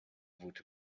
would